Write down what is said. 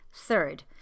Third